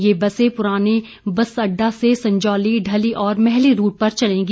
ये बसें पुराने बस अड्डा से संजौली ढली और मैहली रूट पर चलेंगी